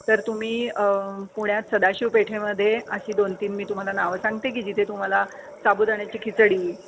तर तुम्ही पुण्यात सदाशिवपेठेमध्ये अशी दोन तीन मी तुम्हाला नावं सांगते की जिथे तुम्हाला साबुदाण्याची खिचडी